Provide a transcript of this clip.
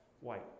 White